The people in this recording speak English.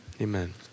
Amen